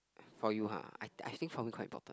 for you ha I I think for me quite important